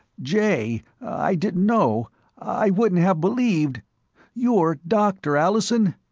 jay, i didn't know i wouldn't have believed you're doctor allison?